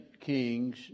Kings